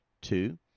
two